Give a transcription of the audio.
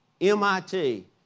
MIT